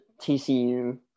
TCU